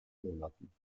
monaten